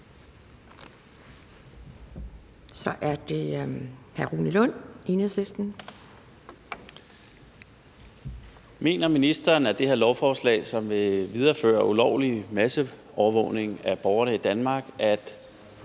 Kl. 10:47 Rune Lund (EL): Mener ministeren, at det her lovforslag, som vil videreføre ulovlig masseovervågning af borgerne i Danmark,